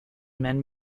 men